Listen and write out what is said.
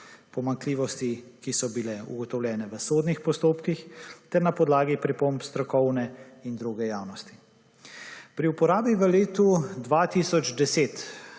pomanjkljivosti, ki so bile ugotovljene v sodnih postopkih ter na podlagi pripomb strokovne in druge javnosti. Pri uporabi v letu 2010